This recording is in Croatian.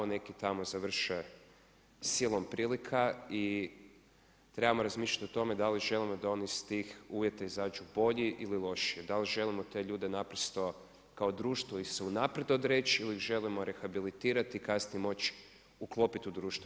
Neki tamo završe silom prilika i trebamo razmišljati o tome da li želimo da oni iz tih uvjeta izađu bolji ili lošiji, da li želimo te ljude naprosto kao društvo ih se unaprijed odreći ili želimo rehabilitirati i kasnije moći uklopiti u društvo.